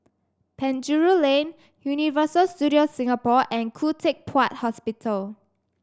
Penjuru Lane Universal Studios Singapore and Khoo Teck Puat Hospital